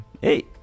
Hey